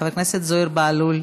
חבר הכנסת זוהיר בהלול,